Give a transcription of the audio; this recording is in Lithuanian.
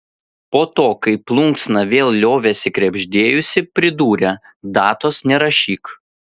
po to kai plunksna vėl liovėsi krebždėjusi pridūrė datos nerašyk